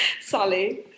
Sally